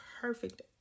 perfect